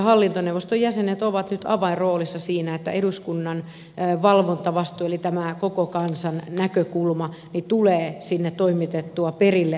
hallintoneuvoston jäsenet ovat nyt avainroolissa siinä että eduskunnan valvontavastuu eli tämä koko kansan näkökulma tulee toimitettua sinne perille asti